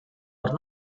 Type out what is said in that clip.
are